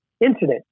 incident